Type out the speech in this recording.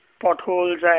potholes